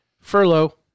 furlough